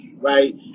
right